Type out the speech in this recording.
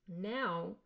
now